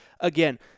Again